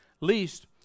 Least